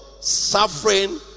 suffering